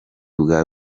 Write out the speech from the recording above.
bwa